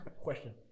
Question